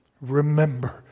Remember